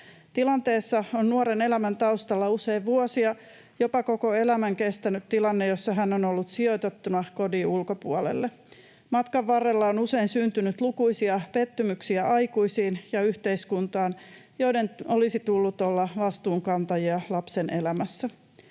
Tilanteessa on nuoren elämän taustalla usein vuosia, jopa koko elämän kestänyt tilanne, jossa hän on ollut sijoitettuna kodin ulkopuolelle. Matkan varrella on usein syntynyt lukuisia pettymyksiä aikuisiin ja yhteiskuntaan, joiden olisi tullut olla vastuunkantajia lapsen elämässä.